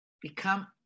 become